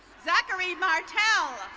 zachary martell.